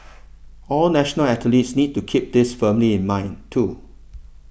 all national athletes need to keep this firmly in mind too